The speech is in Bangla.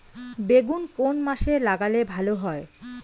বেগুন কোন মাসে লাগালে ভালো হয়?